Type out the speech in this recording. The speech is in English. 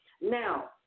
Now